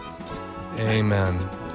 Amen